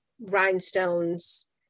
rhinestones